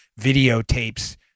videotapes